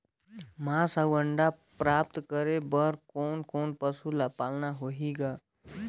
मांस अउ अंडा प्राप्त करे बर कोन कोन पशु ल पालना होही ग?